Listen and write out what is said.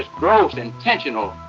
gross, intentional,